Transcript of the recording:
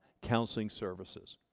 counseling services.